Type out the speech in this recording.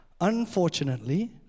unfortunately